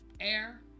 Air